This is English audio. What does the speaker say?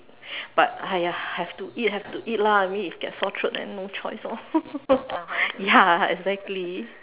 but !aiya! have to eat have to eat lah I mean if get sore throat then no choice lor ya exactly